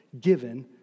given